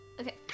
Okay